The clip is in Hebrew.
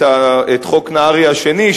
חוק נהרי השני,